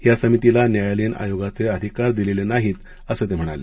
या समितीला न्यायालयीन आयोगाचे अधिकार दिलेले नाहीत असं ते म्हणाले